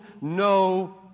no